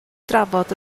drafod